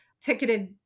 ticketed